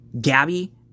Gabby